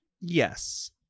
Yes